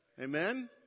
Amen